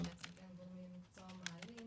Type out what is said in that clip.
זה שבעצם בין גורמי המקצוע שקשורים